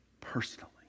personally